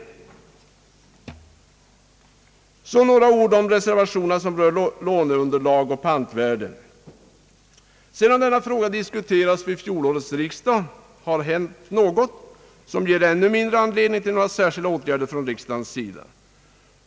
Så några ord om de reservationer som rör låneunderlag och pantvärde. Sedan denna fråga diskuterades vid fjolårets riksdag har hänt något som ger ännu mindre anledning till några särskilda åtgärder från riksdagens sida.